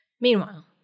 Meanwhile